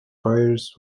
fires